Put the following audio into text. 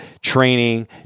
training